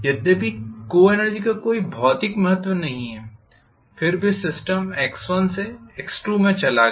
यद्यपि को एनर्जी का कोई भौतिक महत्व नहीं है फिर भी सिस्टम से में चला गया